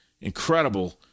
incredible